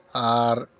ᱟᱨ